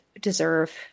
deserve